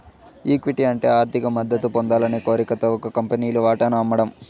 equity అంటే ఆర్థిక మద్దతు పొందాలనే కోరికతో ఒక కంపెనీలు వాటాను అమ్మడం